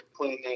playing